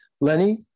lenny